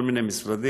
כל מיני משרדים,